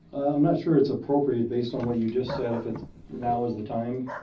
i'm not sure it's appropriate based on what you just said, if it now is the time